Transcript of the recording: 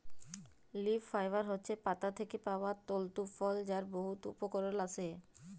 leaf fibre হছে পাতা থ্যাকে পাউয়া তলতু ফল যার বহুত উপকরল আসে